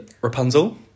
Rapunzel